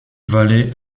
vallée